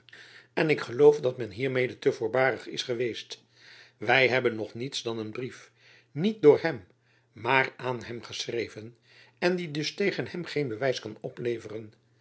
en ik geloof dat men hiermede te voorbarig is geweest wy hebben nog niets dan een brief niet door hem maar aan hem geschreven en die dus tegen hem geen bewijs kan opleveren